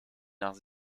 nach